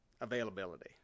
Availability